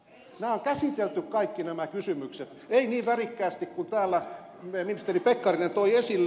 nämä kysymykset on kaikki käsitelty tosin ei niin värikkäästi kuin täällä ministeri pekkarinen toi esille